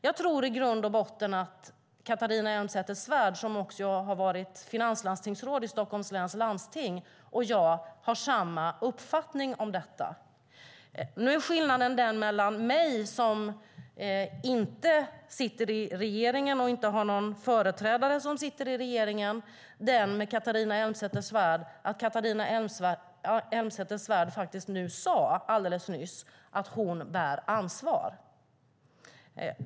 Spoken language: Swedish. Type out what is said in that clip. Jag tror i grund och botten att Catharina Elmsäter-Svärd, som varit finanslandstingsråd i Stockholms läns landsting, och jag har samma uppfattning om detta. Nu är skillnaden den mellan mig, som inte sitter i regeringen och inte har någon företrädare i regeringen, och Catharina Elmsäter-Svärd att Catharina Elmsäter-Svärd nu sade alldeles nyss att hon bär ansvar för detta.